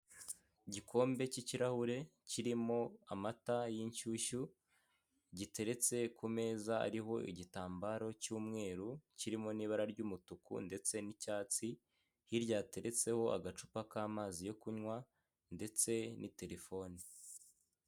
Igikombe cy'ikirahure kirimo amata y'inshyushyu, giteretse ku meza ariho igitambaro cy'umweru kirimo n'ibara ry'umutuku ndetse n'icyatsi, hirya hateretseho agacupa k'amazi yo kunywa ndetse na terefoni.